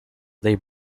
they